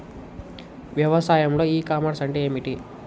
వ్యవసాయంలో e commerce అంటే ఏమిటి?